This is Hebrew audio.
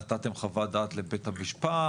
נתתם חוות דעת לבית המשפט?